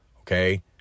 Okay